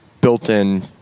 built-in